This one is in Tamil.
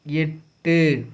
எட்டு